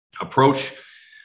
approach